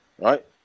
Right